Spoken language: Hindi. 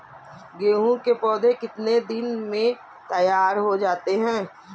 गेहूँ के पौधे कितने दिन में तैयार हो जाते हैं?